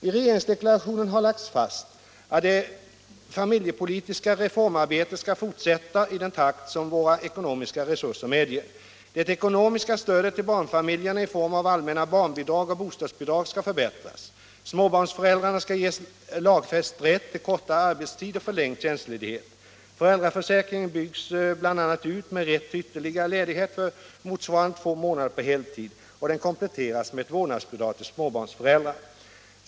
I regeringsdeklarationen har lagts fast att det familjepolitiska reformarbetet skall fortsätta i den takt som våra ekonomiska resurser medger. Det ekonomiska stödet till barnfamiljerna i form av allmänna barnbidrag och bostadsbidrag skall förbättras. Småbarnsföräldrar skall ges lagfäst rätt till kortare arbetstid och förlängd tjänstledighet. Föräldraförsäkringen byggs bl.a. ut med rätt till ytterligare ledighet motsvarande två månader på heltid. Den kompletteras med ett vårdnadsbidrag till småbarnsföräldrar.